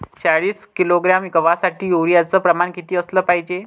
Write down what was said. चाळीस किलोग्रॅम गवासाठी यूरिया च प्रमान किती असलं पायजे?